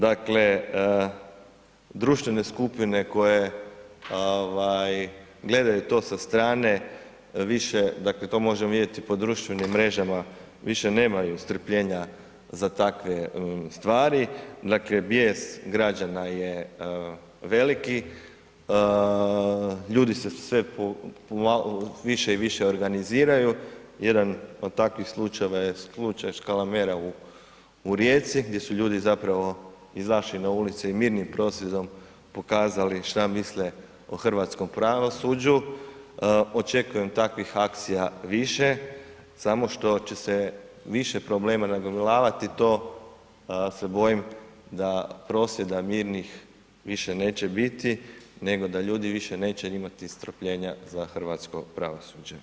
Dakle, društvene skupine koje gledaju to sa strane, dakle to možemo vidjeti po društvenim mrežama, više nemaju strpljenja za takve stvari, dakle bijes građana je veliki, ljudi se sve više i više organiziraju, jedan od takvih slučajeva je Škalamera u Rijeci gdje su ljudi zapravo izašli na ulice i mirnim prosvjedom pokazali šta misle o hrvatskom pravosuđu, očekujem takvih akcija više, samo što će se više problema nagomilavati, to se bojim da prosvjeda mirnih više neće biti nego da ljudi više neće imati strpljenja za hrvatsko pravosuđe, hvala lijepo.